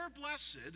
blessed